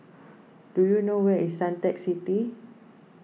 do you know where is Suntec City